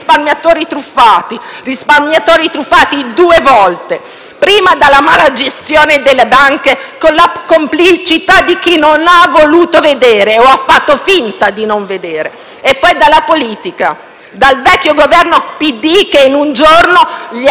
prima dalla mala gestione delle banche con la complicità di chi non ha voluto vedere o ha fatto finta di non vedere e poi dalla politica, dal vecchio Governo PD che in un giorno gli ha azzerato i risparmi senza battere ciglio.